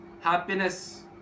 happiness